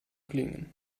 klingen